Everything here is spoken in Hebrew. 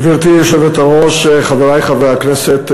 גברתי היושבת-ראש, חברי חברי הכנסת,